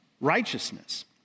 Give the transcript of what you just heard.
righteousness